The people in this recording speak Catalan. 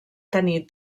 tenir